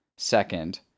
second